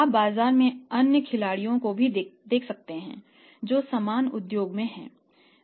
आप बाजार में अन्य खिलाड़ियों को भी देख सकते हैं जो समान उद्योग में हैं